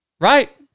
Right